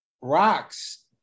rocks